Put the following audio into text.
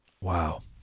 wow